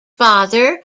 father